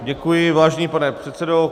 Děkuji, vážený pane předsedo.